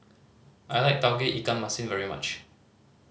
I like Tauge Ikan Masin very much